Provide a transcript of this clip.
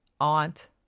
aunt